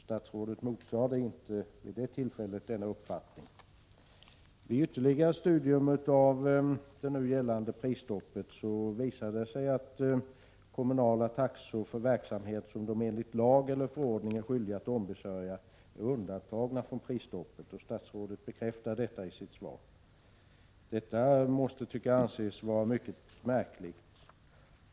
Statsrådet motsade inte vid det tillfället den uppfattningen. Vid ytterligare studium av det nu gällande prisstoppet visar det sig att kommunala taxor för verksamheter som kommunerna enligt lag eller förordning är skyldiga att ombesörja är undantagna från prisstoppet. Statsrådet bekräftar detta i sitt svar. Det måste anses mycket märkligt.